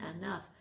enough